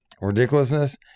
Ridiculousness